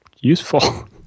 useful